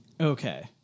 Okay